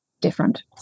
different